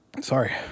Sorry